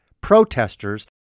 protesters